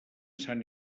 sant